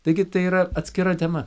taigi tai yra atskira tema